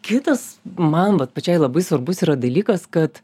kitas man vat pačiai labai svarbus yra dalykas kad